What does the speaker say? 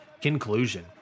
Conclusion